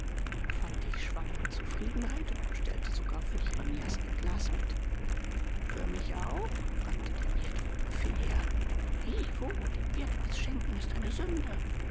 fantig schwamm in zufriedenheit und bestellte sogar für jeremias ein glas mit für mich auch fragte der wirt vom büfett her i wo dem wirt was schenken ist eine sünde